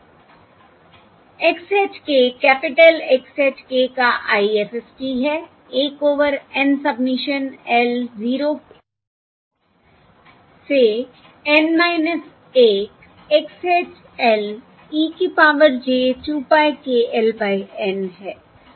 x hat k capital X hat k का IFFT है 1 over N summation l 0 से N 1 X hat l e की power j 2 pie k l by N है